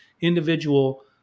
individual